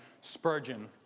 Spurgeon